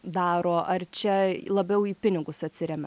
daro ar čia labiau į pinigus atsiremia